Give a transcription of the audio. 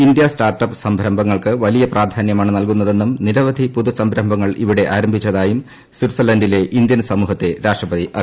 India start up സംരംഭങ്ങൾക്ക് വലിയ പ്രാധാന്യമാണ് നൽകുന്നതെന്നും നിരവധി പുതു സംരംഭങ്ങൾ ഇവിടെ ആരംഭിച്ചതായും സ്വിറ്റ്സർലാന്റിലെ ഇന്ത്യൻ സമൂഹത്തെ രാഷ്ട്രപതി അറിയിച്ചു